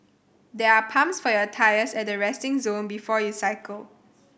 there are pumps for your tyres at the resting zone before you cycle